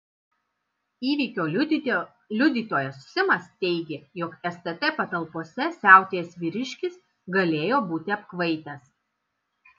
įvykio liudytojas simas teigė jog stt patalpose siautėjęs vyriškis galėjo būti apkvaitęs